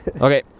Okay